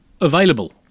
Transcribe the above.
available